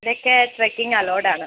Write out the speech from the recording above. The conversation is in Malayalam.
ഇവിടെയൊക്കെ ട്രെക്കിങ്ങ് അലോട് ആണ്